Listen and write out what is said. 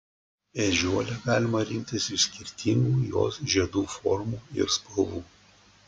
ežiuolę galima rinktis iš skirtingų jos žiedų formų ir spalvų